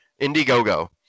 IndieGoGo